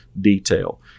detail